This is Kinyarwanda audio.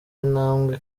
intambwe